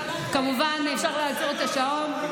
הוא הלך, כמובן שאי-אפשר לעצור את השעון.